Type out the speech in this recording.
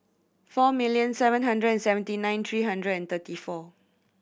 four million seven hundred seventy nine three hundred and thirty four